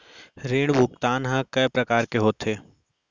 ऋण भुगतान ह कय प्रकार के होथे?